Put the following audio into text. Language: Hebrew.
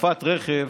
וזקיפת רכב,